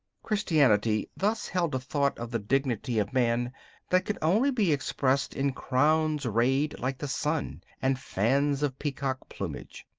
christianity thus held a thought of the dignity of man that could only be expressed in crowns rayed like the sun and fans of peacock plumage.